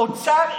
האוצר,